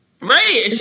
Right